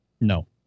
No